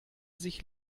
sich